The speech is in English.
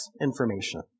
information